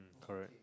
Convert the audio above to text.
correct